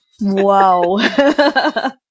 Wow